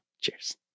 Cheers